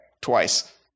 twice